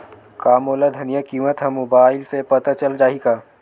का मोला धनिया किमत ह मुबाइल से पता चल जाही का?